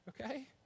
okay